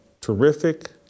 terrific